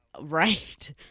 Right